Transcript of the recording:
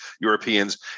Europeans